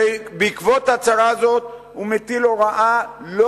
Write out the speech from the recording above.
ובעקבות ההצהרה הזאת הוא מטיל הוראה לא